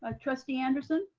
ah trustee anderson.